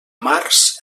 març